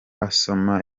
asoma